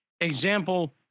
Example